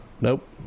Nope